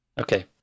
Okay